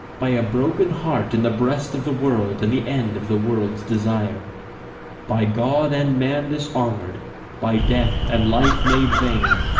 by a broken heart in the breast of the world, and the end of the world's desire by god and man dishonoured, by death and life made vain,